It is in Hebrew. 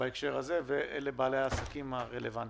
בעלי העסקים הרלוונטיים.